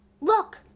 look